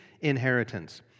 inheritance